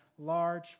large